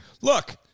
Look-